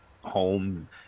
home